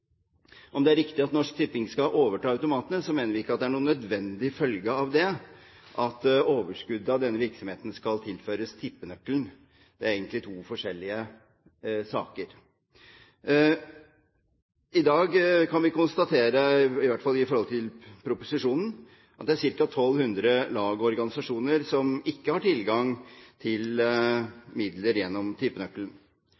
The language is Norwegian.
om det er riktig at Norsk Tipping skal overta automatene, så mener vi ikke at det er noen nødvendig følge av det at overskuddet av denne virksomheten skal tilføres tippenøkkelen. Det er egentlig to forskjellige saker. I dag kan vi konstatere, i hvert fall når det gjelder proposisjonen, at det er ca. 1 200 lag og organisasjoner som ikke har tilgang til